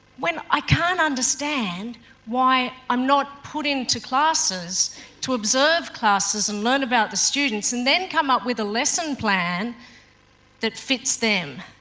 i can't understand why i'm not put into classes to observe classes and learn about the students and then come up with a lesson plan that fits them,